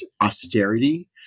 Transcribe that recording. austerity